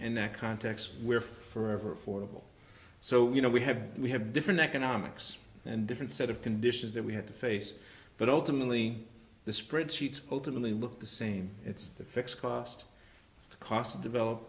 neck contacts where for ever for the ball so you know we have we have different economics and different set of conditions that we have to face but ultimately the spread sheets ultimately look the same it's the fixed cost cost to develop